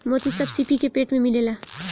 मोती सब सीपी के पेट में मिलेला